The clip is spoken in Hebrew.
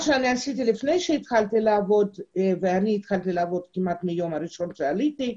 לפני שהתחלתי לעבוד ואני התחלתי לעבוד מיד מהיום הראשון לעלייתי